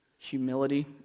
Humility